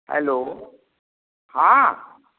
hello हाँ